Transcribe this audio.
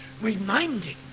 reminding